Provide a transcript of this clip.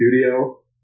studio